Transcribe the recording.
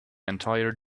entire